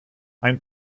ein